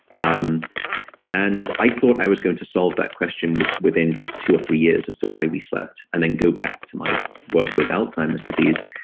um and i thought i was going to solve that question within just two or three years, as to why we slept, and then go back to my work with alzheimer's disease.